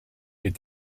est